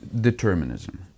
determinism